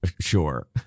sure